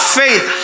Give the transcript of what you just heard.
faith